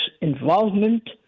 involvement